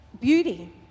beauty